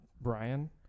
Brian